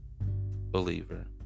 believer